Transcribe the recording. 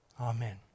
Amen